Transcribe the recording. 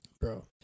Bro